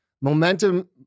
Momentum